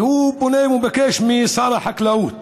והוא פנה וביקש משר החקלאות,